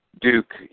duke